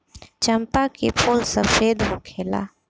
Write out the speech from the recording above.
चंपा के फूल सफेद होखेला